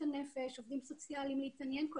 הנפש או עובדים סוציאליים להתעניין מה